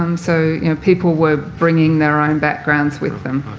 um so, you know, people were bringing their own backgrounds with them.